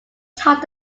taught